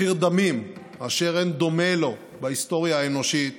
מחיר דמים אשר אין דומה לו בהיסטוריה האנושית